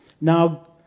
now